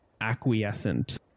acquiescent